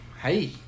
hey